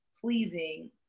pleasing